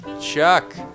Chuck